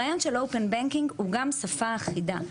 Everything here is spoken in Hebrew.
הרעיון של open banking הוא גם שפה אחידה.